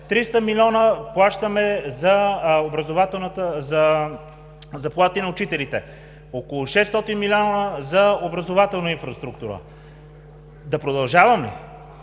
300 милиона за заплати на учителите, около 600 милиона за образователна инфраструктура. Да продължавам